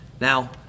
now